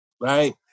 right